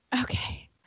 Okay